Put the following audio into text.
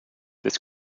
this